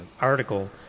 article